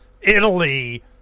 Italy